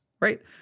right